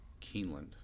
Keeneland